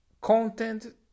content